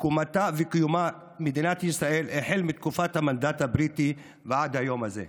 תקומתה וקיומה במדינת ישראל החל מתקופת המנדט הבריטי ועד היום הזה.